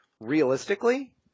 realistically